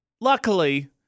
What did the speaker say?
luckily